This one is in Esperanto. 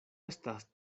estas